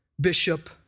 bishop